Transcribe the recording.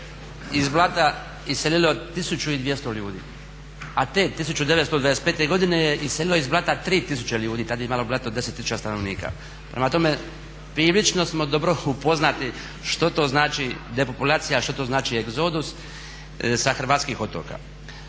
iz Blata iselilo 1200 ljudi. A te 1925. godine je iselilo iz Blata 3000. ljudi, tada je imalo Blato 10 tisuća stanovnika. Prema tome prilično smo dobro upoznati što to znači depopulacija, što to znači egzodus sa hrvatskih otoka.